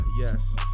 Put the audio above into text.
Yes